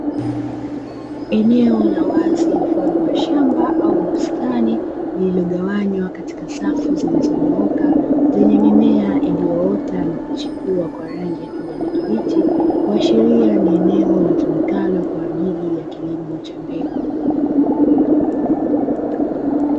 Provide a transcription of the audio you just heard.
Eneo la wazi mfano wa shamba au bustani, lililogawanywa katika safu zilizonyooka zenye mimea iliyoota na kuchipua kwa rangi ya kijani kibichi, kuashiria ni eneo litumikalo kwa ajili ya kilimo cha mbegu.